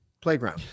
playground